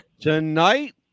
tonight